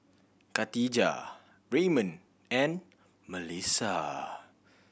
Khadijah Ramon and Mellisa